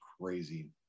crazy